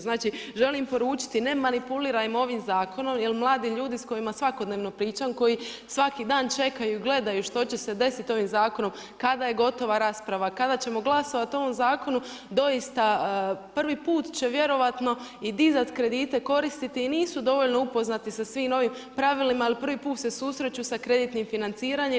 Znači želim poručiti ne manipulirajmo ovim zakonom, jer mladi ljudi s kojima svakodnevno pričam, koji svaki dan čekaju i gledaju što će se desiti ovim zakonom, kada je gotova rasprava, kada ćemo glasovat o ovom zakonu, doista prvi put će vjerojatno i dizati kredite i koristiti i nisu dovoljno upoznati sa svim ovim pravilima, ali prvi put se susreću sa kreditnim financiranjima.